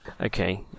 Okay